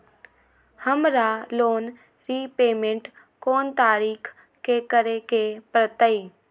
हमरा loan repayment कोन तारीख के करे के परतई?